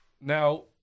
now